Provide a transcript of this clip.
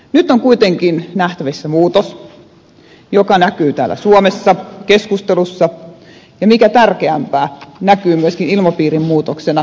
nyt on kuitenkin nähtävissä muutos joka näkyy täällä suomessa keskustelussa ja mikä tärkeämpää näkyy myöskin ilmapiirin muutoksena euroopassa